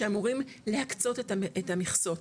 שאמורים להקצות את המכסות,